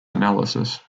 analysis